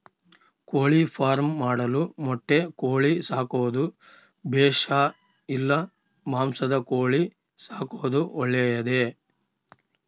ಕೋಳಿಫಾರ್ಮ್ ಮಾಡಲು ಮೊಟ್ಟೆ ಕೋಳಿ ಸಾಕೋದು ಬೇಷಾ ಇಲ್ಲ ಮಾಂಸದ ಕೋಳಿ ಸಾಕೋದು ಒಳ್ಳೆಯದೇ?